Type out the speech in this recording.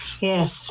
yes